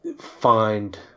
find